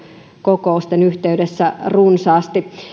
kokousten yhteydessä runsaasti